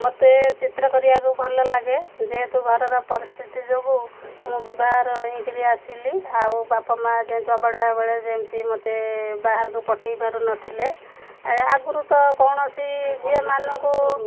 ମୋତେ ଚିତ୍ର କରିବାକୁ ଭଲ ଲାଗେ ଯେହେତୁ ଘରର ପରିସ୍ଥିତି ଯୋଗୁଁ ମୁଁ ବିବାଘର ହୋଇକିରି ଆସିଲି ଆଉ ବାପା ମାଆ ଯେମିତି ଅବେଡ଼ା ବେଳେ ଯେମିତି ମୋତେ ବାହାରକୁ ପଠେଇ ପାରୁନଥିଲେ ଆଗୁରୁ ତ କୌଣସି ଝିଅମାନଙ୍କୁ